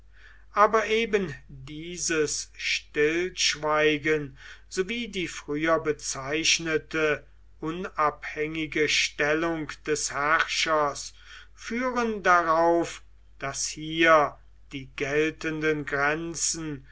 aber eben dieses stillschweigen sowie die früher bezeichnete unabhängige stellung des herrschers führen darauf daß hier die geltenden grenzen